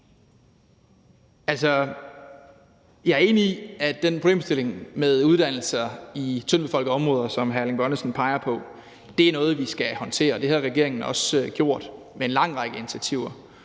jeg er enig i, at den problemstilling med uddannelser i tyndtbefolkede områder, som hr. Erling Bonnesen peger på, er noget, vi skal håndtere, og det har regeringen også gjort med en lang række initiativer.